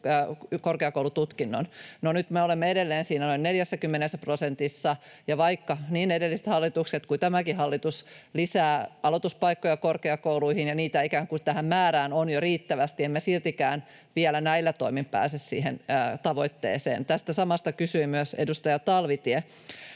korkeakoulututkinnon. No, nyt me olemme edelleen siinä noin 40 prosentissa, ja vaikka niin edelliset hallitukset ovat lisänneet kuin tämäkin hallitus lisää aloituspaikkoja korkeakouluihin ja niitä ikään kuin tähän määrään on jo riittävästi, emme siltikään vielä näillä toimin pääse siihen tavoitteeseen. Tästä samasta kysyi myös edustaja Talvitie.